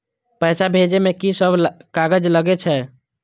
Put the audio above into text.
पैसा भेजे में की सब कागज लगे छै?